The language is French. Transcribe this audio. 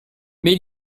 mais